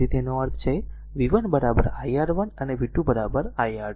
તેથી તેનો અર્થ છે r v 1 i R1 અને v 2 i R2